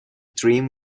dream